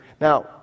Now